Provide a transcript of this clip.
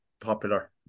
popular